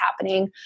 happening